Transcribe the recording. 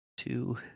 two